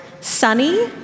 Sunny